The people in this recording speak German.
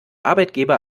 arbeitgeber